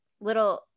little